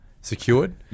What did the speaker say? secured